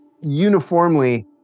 uniformly